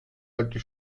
alte